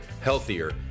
healthier